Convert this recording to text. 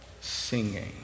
Singing